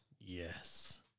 Yes